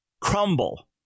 crumble